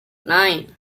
nine